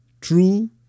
true